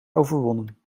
overwonnen